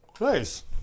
Nice